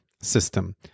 system